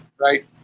right